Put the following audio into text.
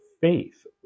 faith